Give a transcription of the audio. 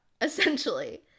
essentially